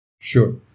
Sure